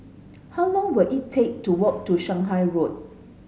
how long will it take to walk to Shanghai Road